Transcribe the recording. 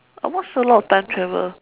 I watch a lot of time travel